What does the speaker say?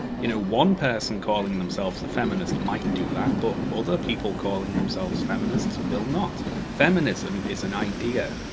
you know, one person calling themselves a feminist might do that, but other people calling themselves feminists will not. feminism is an idea,